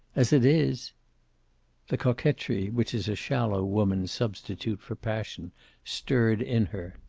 as it is the coquetry which is a shallow woman's substitute for passion stirred in her.